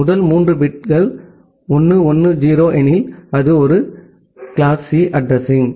முதல் மூன்று பிட்கள் 1 1 0 எனில் அது ஒரு கிளாஸ் சி அட்ரஸிங்